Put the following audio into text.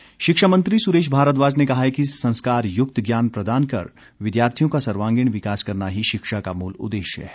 भारद्वाज शिक्षा मंत्री सुरेश भारद्वाज ने कहा है कि संस्कारयुक्त ज्ञान प्रदान कर विद्यार्थियों का सर्वांगीण विकास करना ही शिक्षा का मूल उद्देश्य है